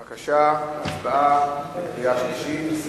בבקשה, הצבעה בקריאה שלישית.